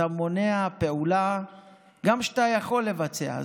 אתה מונע פעולה גם כשאתה יכול לבצע,